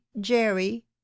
jerry